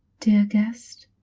dear guest.